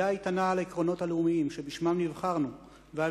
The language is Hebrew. עמידה איתנה על העקרונות הלאומיים שבשמם נבחרנו ועל